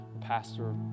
pastor